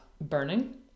burning